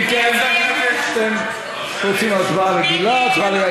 אם כן, אתם רוצים הצבעה רגילה, הצבעה רגילה.